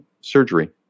surgery